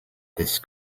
this